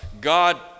God